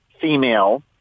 female